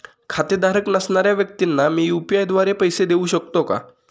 खातेधारक नसणाऱ्या व्यक्तींना मी यू.पी.आय द्वारे पैसे देऊ शकतो का?